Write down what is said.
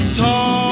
talk